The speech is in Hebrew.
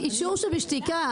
זה אישור שבשתיקה.